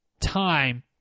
time